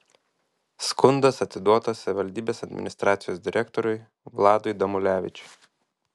skundas atiduotas savivaldybės administracijos direktoriui vladui damulevičiui